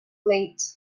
late